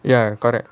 ya correct